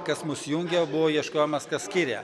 kas mus jungia buvo ieškojimas kas skiria